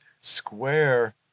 square